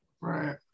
right